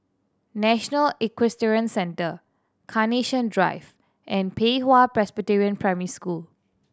National Equestrian Centre Carnation Drive and Pei Hwa Presbyterian Primary School